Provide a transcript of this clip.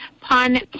pun